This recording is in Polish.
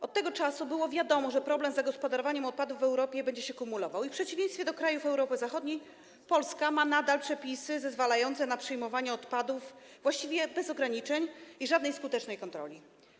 Od tego czasu było wiadomo, że problem z zagospodarowaniem odpadów w Europie będzie się kumulował, a w przeciwieństwie do krajów Europy Zachodniej w Polsce nadal obowiązują przepisy zezwalające na przyjmowanie odpadów właściwie bez ograniczeń i żadnej skutecznej kontroli.